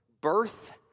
birth